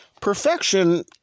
Perfection